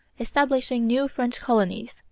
establishing new french colonies.